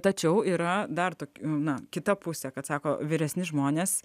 tačiau yra dar tokių viena kita pusė kad sako vyresni žmonės